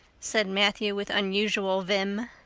said matthew with unusual vim.